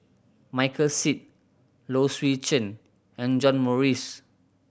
Michael Seet Low Swee Chen and John Morrice